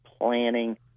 planning